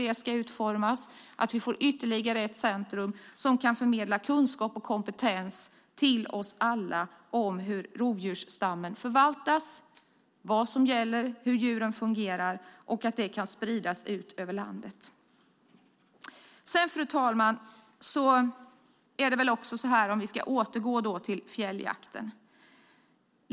Det är viktigt att vi får ytterligare ett centrum som kan förmedla kunskap och kompetens till oss alla om hur rovdjursstammen förvaltas, vad som gäller och hur djuren fungerar och sedan sprida det över landet. Fru talman! Vi återgår till frågan om fjälljakten.